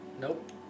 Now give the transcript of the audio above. Nope